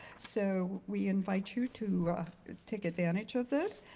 so, we invite you to take advantage of this.